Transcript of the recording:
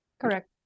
Correct